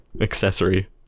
accessory